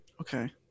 okay